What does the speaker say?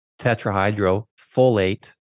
tetrahydrofolate